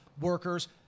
workers